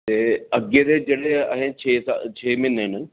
ते अग्गै दे जेह्ड़े अहें छे म्हीने न